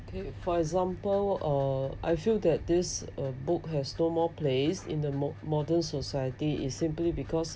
okay for example uh I feel that this uh book has no more place in the mo~ modern society is simply because